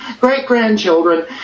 great-grandchildren